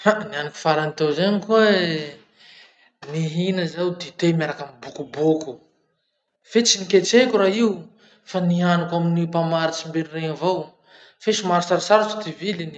Ha, nihaniko farany teo zay any koahy. Nihina zao dite miaraky amy bokoboko, fe tsy niketrehiko raha io, fa nihinako amin'ny mpamarotsy mberegny avao. Fe somary sarotsarotsy ty viliny.